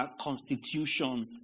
constitution